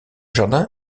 jardin